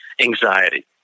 anxiety